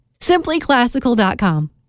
Simplyclassical.com